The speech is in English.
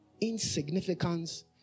insignificance